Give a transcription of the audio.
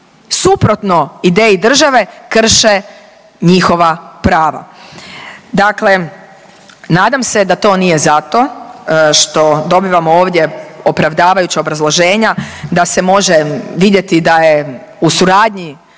suprotno ideji države krše njihova prava. Dakle, nadam se da to nije zato što dobivamo ovdje opravdavajuća obrazloženja da se može vidjeti da je u suradnji